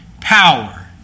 power